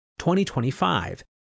2025